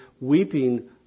weeping